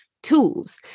tools